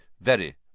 very